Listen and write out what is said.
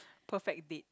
perfect date